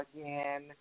again